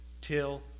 Till